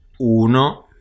Uno